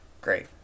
Great